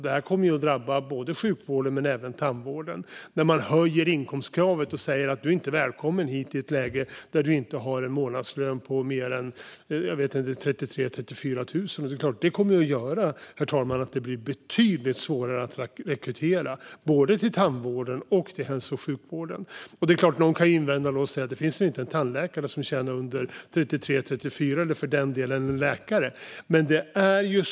Det kommer att drabba både sjukvården och tandvården. Man höjer inkomstkravet och säger: Du är inte välkommen hit om du inte har en månadslön på mer än 33 000-34 000 kronor. Det kommer att göra att det blir betydligt svårare att rekrytera, herr talman, till både tandvården och hälso och sjukvården. Någon kan invända och säga att det inte finns en tandläkare eller för den delen en läkare som tjänar under 33 000-34 000 kronor.